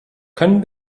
können